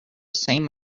same